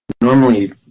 normally